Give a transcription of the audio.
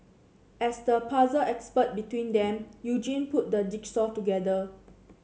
as the puzzle expert between them Eugene put the jigsaw together